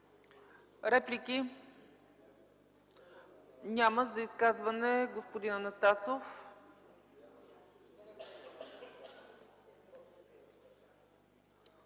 Реплики? Няма. За изказване, господин Анастасов.